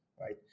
right